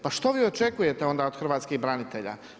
Pa što vi očekujete onda od hrvatskih branitelja?